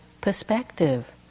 perspective